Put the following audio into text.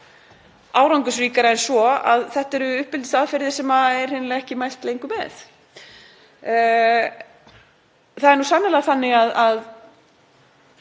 árangursríkara en svo að þetta eru uppeldisaðferðir sem er hreinlega ekki mælt lengur með. Það er sannarlega þannig að